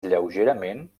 lleugerament